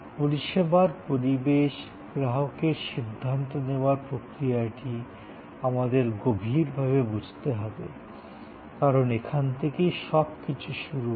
পরিষেবার পরিবেশে গ্রাহকের সিদ্ধান্ত নেওয়ার প্রক্রিয়াটি আমাদের গভীরভাবে বুঝতে হবে কারণ এখান থেকেই সবকিছু শুরু হয়